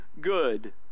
good